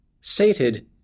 Sated